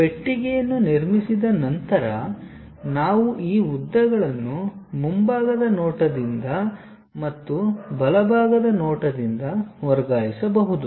ಪೆಟ್ಟಿಗೆಯನ್ನು ನಿರ್ಮಿಸಿದ ನಂತರ ನಾವು ಈ ಉದ್ದಗಳನ್ನು ಮುಂಭಾಗದ ನೋಟದಿಂದ ಮತ್ತು ಬಲಭಾಗದ ನೋಟದಿಂದ ವರ್ಗಾಯಿಸಬಹುದು